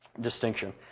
distinction